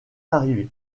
arrivé